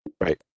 Right